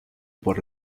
por